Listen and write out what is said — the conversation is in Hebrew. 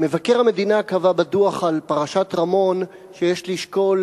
מבקר המדינה קבע בדוח על פרשת רמון שיש לשקול